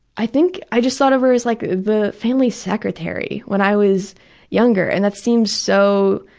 i think i just thought of her as, like, the family secretary when i was younger, and that seems so